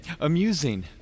Amusing